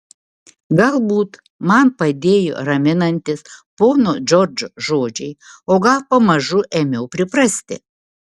galbūt man padėjo raminantys pono džordžo žodžiai o gal pamažu ėmiau priprasti